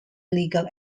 legal